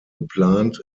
geplant